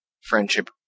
friendship